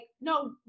no